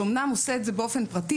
שאמנם עושה את זה באופן פרטי,